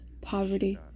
poverty